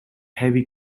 heavy